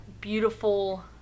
beautiful